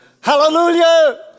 Hallelujah